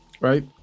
Right